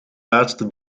laatste